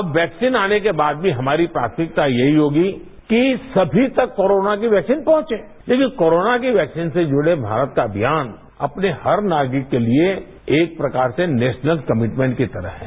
अब वैक्सीन आने के बाद भी हमारी प्राथमिकता यही होगी कि सभी तक कोरोना की वैक्सीन पहुंचे लेकिन कोरोना की वैक्सीन से जुड़ा भारत का अभियान अपने हर नागरिक के लिए एक प्रकार से नेशनल कमिटमेंट की तरह है